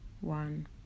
one